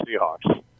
Seahawks